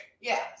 Yes